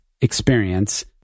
experience